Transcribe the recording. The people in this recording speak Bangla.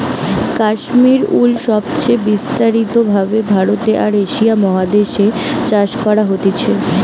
কাশ্মীর উল সবচে বিস্তারিত ভাবে ভারতে আর এশিয়া মহাদেশ এ চাষ করা হতিছে